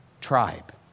tribe